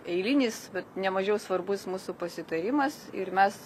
eilinis bet nemažiau svarbus mūsų pasitarimas ir mes